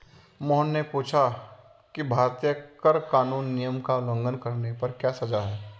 मोहन ने पूछा कि भारतीय कर कानून नियम का उल्लंघन करने पर क्या सजा है?